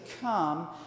come